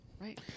Right